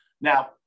Now